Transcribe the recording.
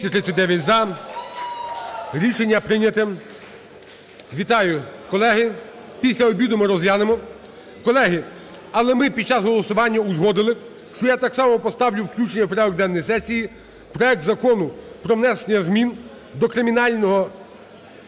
Вітаю, колеги, після обіду ми розглянемо. Колеги, але ми під час голосування узгодити, що я так само поставлю включення в порядок денний сесії проект Закону про внесення змін до Кримінально-процесуального